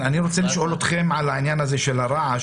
אני רוצה לשאול אתכם על עניין הרעש.